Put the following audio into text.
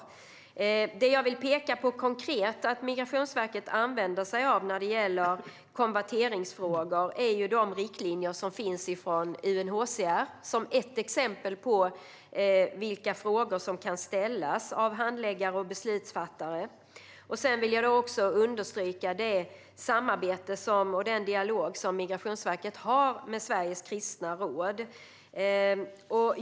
Det konkreta jag vill peka på att Migrationsverket använder sig av när det gäller konverteringsfrågor är de riktlinjer som finns från UNHCR som ett exempel på vilka frågor som kan ställas av handläggare och beslutsfattare. Jag vill också understryka det samarbete och den dialog som Migrationsverket har med Sveriges kristna råd.